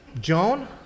Joan